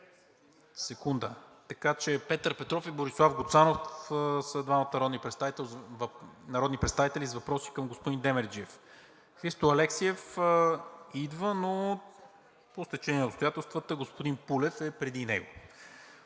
ангажименти. Господин Петров и господин Гуцанов са двамата народни представители с въпроси към господин Демерджиев. Христо Алексиев идва, но по стечение на обстоятелствата господин Пулев е преди него.